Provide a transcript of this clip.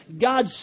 God